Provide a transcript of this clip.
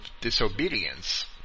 disobedience